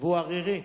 והוא ערירי,